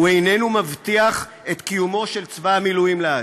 הוא איננו מבטיח את קיומו של צבא המילואים לעד.